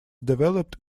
developed